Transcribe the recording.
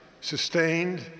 sustained